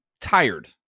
tired